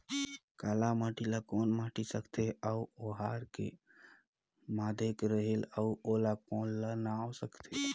काला माटी ला कौन माटी सकथे अउ ओहार के माधेक रेहेल अउ ओला कौन का नाव सकथे?